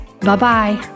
Bye-bye